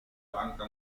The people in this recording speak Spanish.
banca